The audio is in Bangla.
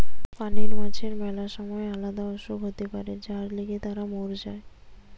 পানির মাছের ম্যালা সময় আলদা অসুখ হতে পারে যার লিগে তারা মোর যায়